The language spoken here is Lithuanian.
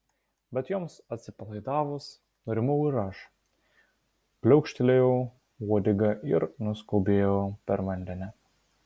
bet joms atsipalaidavus nurimau ir aš pliaukštelėjau uodega ir nuskubėjau per vandenį